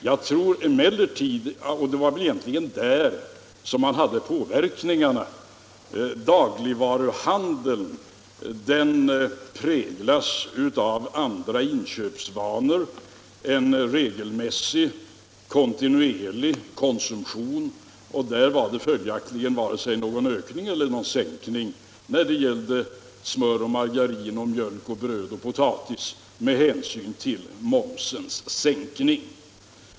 Det var väl närmast på det området som dessa hade någon egentlig inverkan. Dagligvaruhandeln präglas däremot av andra inköpsvanor och en regelmässig kontinuerlig konsumtion, och där förekom följaktligen varken någon ökning eller någon sänkning i handeln med smör, margarin, mjölk, bröd och potatis på grund av momsens sänkning.